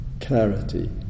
clarity